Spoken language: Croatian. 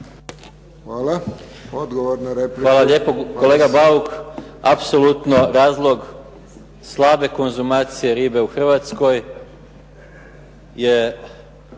**Maras, Gordan (SDP)** Hvala lijepo. Kolega Bauk apsolutno razlog slabe konzumacije ribe u Hrvatskoj je